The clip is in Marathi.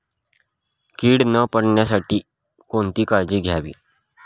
कीड न पडण्यासाठी कोणती काळजी घ्यावी?